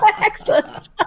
Excellent